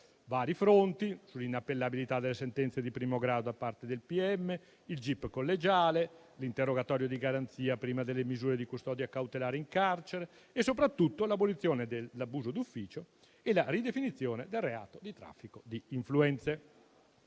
vari fronti: sull'inappellabilità delle sentenze di primo grado da parte del pubblico ministero, il gip collegiale, l'interrogatorio di garanzia prima delle misure di custodia cautelare in carcere e soprattutto l'abolizione dell'abuso d'ufficio e la ridefinizione del reato di traffico di influenze.